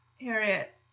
Harriet